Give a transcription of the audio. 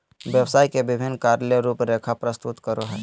व्यवसाय के विभिन्न कार्य ले रूपरेखा प्रस्तुत करो हइ